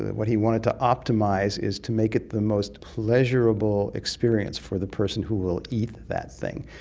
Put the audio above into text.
what he wanted to optimise, is to make it the most pleasurable experience for the person who will eat that thing.